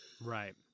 right